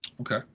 Okay